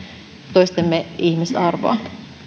toistemme ihmisarvoa